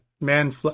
Man